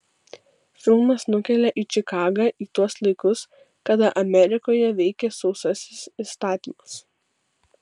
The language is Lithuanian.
filmas nukelia į čikagą į tuos laikus kada amerikoje veikė sausasis įstatymas